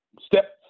Step